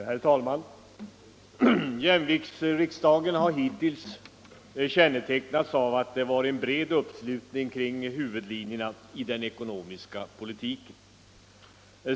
Herr talman! Jämviktsriksdagen har hittills kännetecknats av att det varit en bred uppslutning kring huvudlinjerna i den ekonomiska politiken.